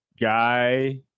guy